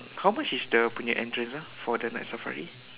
how much is dia punya entrance ah for the night safari